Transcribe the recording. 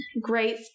Great